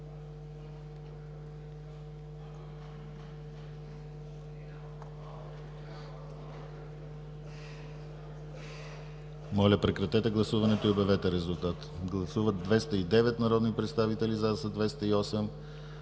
Моля, прекратете гласуването и обявете резултат. Гласували 209 народни представители: за 135,